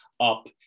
up